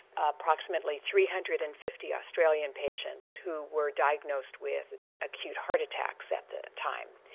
approximately three hundred and fifty australian patients who were diagnosed with acute heart attacks at the time.